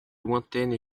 lointaine